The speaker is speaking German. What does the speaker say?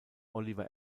oliver